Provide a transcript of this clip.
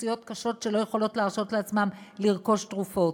אוכלוסיות קשות שלא יכולות להרשות לעצמן לרכוש תרופות.